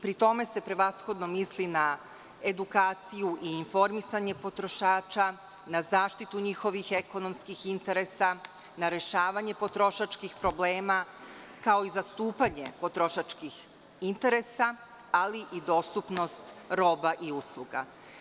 Pri tome se prevashodno misli na edukaciju i informisanje potrošača, na zaštitu njihovih ekonomskih interesa, na rešavanje potrošačkih problema, kao i zastupanje potrošačkih interesa, ali i dostupnost roba i usluga.